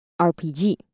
RPG